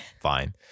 Fine